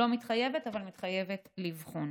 אני לא מתחייבת, אבל מתחייבת לבחון.